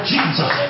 Jesus